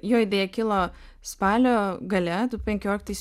jo idėja kilo spalio gale du penkioliktais